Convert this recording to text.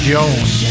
Jones